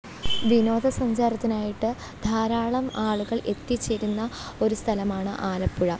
വിനോദസഞ്ചാരത്തിനായിട്ട് ധാരാളം ആളുകൾ എത്തിച്ചേരുന്ന ഒരു സ്ഥലമാണ് ആലപ്പുഴ